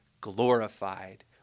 glorified